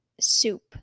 soup